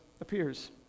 appears